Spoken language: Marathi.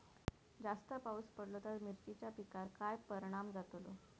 जास्त पाऊस पडलो तर मिरचीच्या पिकार काय परणाम जतालो?